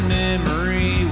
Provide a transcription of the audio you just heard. memory